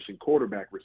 quarterback